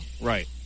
Right